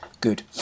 good